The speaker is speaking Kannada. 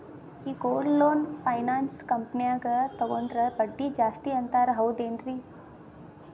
ಈ ಗೋಲ್ಡ್ ಲೋನ್ ಫೈನಾನ್ಸ್ ಕಂಪನ್ಯಾಗ ತಗೊಂಡ್ರೆ ಬಡ್ಡಿ ಜಾಸ್ತಿ ಅಂತಾರ ಹೌದೇನ್ರಿ?